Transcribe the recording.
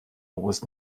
was